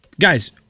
Guys